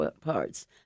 parts